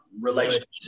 relationship